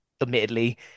admittedly